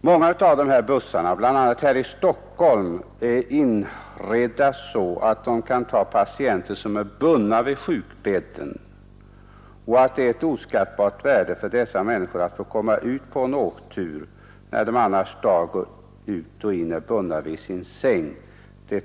Många av dessa bussar, bl.a. här i Stockholm, är inredda så att de kan transportera patienter som är bundna vid sjukbädden. Att det är av oskattbart värde för dessa, människor att få komma ut på en åktur när de annars dag ut och dag in är bundna vid sin säng